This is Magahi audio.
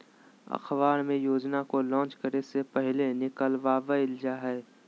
अखबार मे योजना को लान्च करे से पहले निकलवावल जा हय